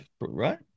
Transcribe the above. right